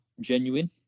genuine